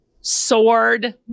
sword